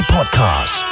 Podcast